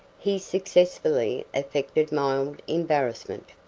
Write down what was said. he successfully affected mild embarrassment.